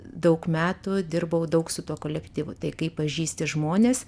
daug metų dirbau daug su tuo kolektyvu tai kai pažįsti žmones